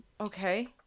Okay